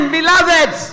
beloved